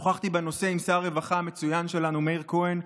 שוחחתי בנושא עם שר הרווחה המצוין שלנו מאיר כהן,